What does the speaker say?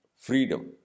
freedom